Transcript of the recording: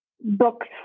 books